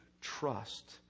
trust